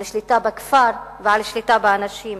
על שליטה בכפר ועל שליטה באנשים.